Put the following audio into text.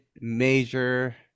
major